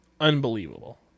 unbelievable